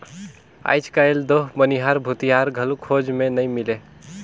आयज कायल तो बनिहार, भूथियार घलो खोज मे नइ मिलें